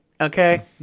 Okay